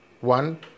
one